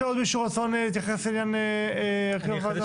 יש לעוד מישהו רצון להתייחס לעניין הרכב הוועדה?